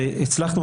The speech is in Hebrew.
והצלחנו,